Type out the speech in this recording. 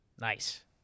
Nice